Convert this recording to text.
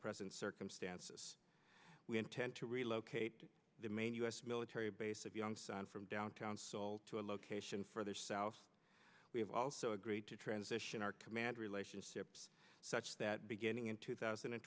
present circumstances we intend to relocate the main u s military base of young son from downtown seoul to a location further south we have also agreed to transition our command relationships such that beginning in two thousand and